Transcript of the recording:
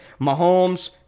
Mahomes